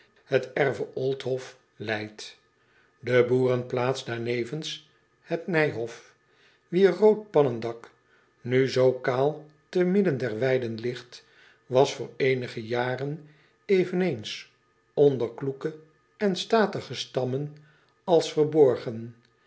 het erve l t h o f leidt e boerenplaats daarnevens het i j h o f wier rood pannendak nu zoo kaal te midden der weiden ligt was voor eenige jaren eveneens onder kloeke en statige stammen als verborgen